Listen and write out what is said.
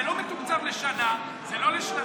זה לא מתוקצב לשנה, זה לא לשנתיים.